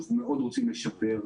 אנחנו מאוד רוצים לשפר,